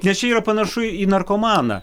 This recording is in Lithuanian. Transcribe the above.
nes čia yra panašu į narkomaną